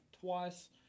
twice